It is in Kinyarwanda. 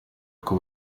uko